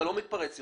אתה לא מתפרץ יותר.